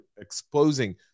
exposing